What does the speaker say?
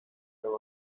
there